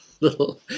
little